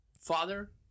father